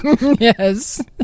Yes